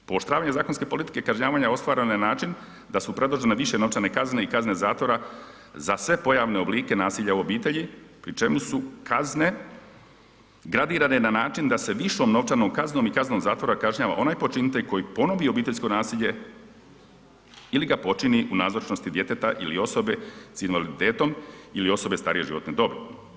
Pooštravanje zakonske politike kažnjavanja ostvareno je na način da su predložene više novčane kazne i kazne zatvore za sve pojavne oblike nasilja u obitelji pri čemu su kazne gradirane na način da se višom novčanom kaznom i kaznom zatvora kažnjava onaj počinitelj koji ponovi obiteljsko nasilje ili ga počini u nazočnosti djeteta ili osobe sa invaliditetom ili osobe starije životne dobi.